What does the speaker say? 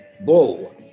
bull